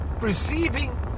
receiving